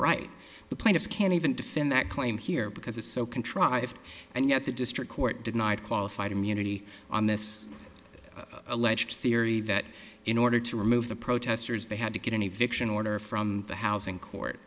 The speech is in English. right the plaintiffs can't even defend that claim here because it's so contrived and yet the district court denied qualified immunity on this alleged theory that in order to remove the protesters they had to get any fiction order from the hous